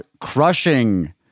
crushing